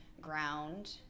ground